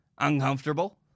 uncomfortable